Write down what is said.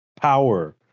Power